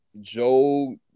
Joe